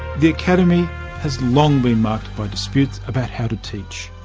the academy has long been marked by disputes about how to teach.